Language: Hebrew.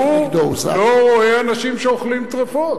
הוא לא רואה אנשים שאוכלים טרפות.